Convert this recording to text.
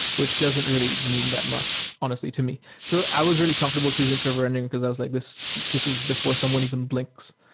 which doesn't really mean that much, honestly, to me. so i was really comfortable choosing server rendering because i was like this this is before someone even blinks.